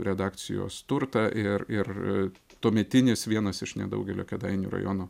redakcijos turtą ir ir tuometinis vienas iš nedaugelio kėdainių rajono